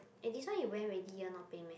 eh this one you wear already ear not pain meh